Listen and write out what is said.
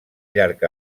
llarg